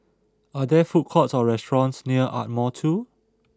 are there food courts or restaurants near Ardmore two